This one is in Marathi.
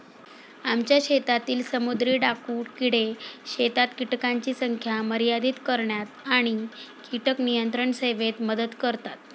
आमच्या शेतातील समुद्री डाकू किडे शेतात कीटकांची संख्या मर्यादित करण्यात आणि कीटक नियंत्रण सेवेत मदत करतात